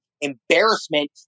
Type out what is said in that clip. embarrassment